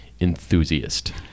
enthusiast